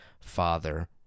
father